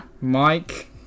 Mike